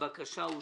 הצבעה בעד,